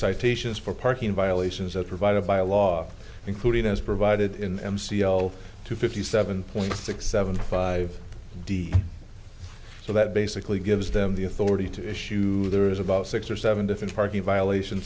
citations for parking violations are provided by a law including as provided in c l to fifty seven point six seven five d so that basically gives them the authority to issue there is about six or seven different parking violation